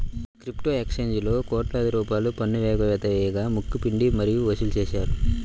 crypto ఎక్స్చేంజీలలో కోట్లాది రూపాయల పన్ను ఎగవేత వేయగా ముక్కు పిండి మరీ వసూలు చేశారు